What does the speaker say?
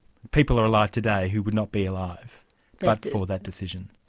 people are alive today who would not be alive but for that decision.